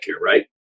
right